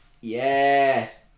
yes